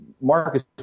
Marcus